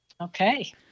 Okay